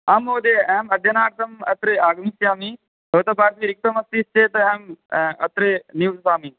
आम् महोदय अहम् अध्ययनार्थम् अत्र आगमिष्यामि भवतः पार्श्वे रिक्तम् अस्ति चेत् अहम् अत्र निवसामि